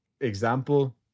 example